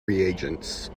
reagents